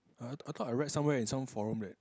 I I thought I read somewhere in some forum that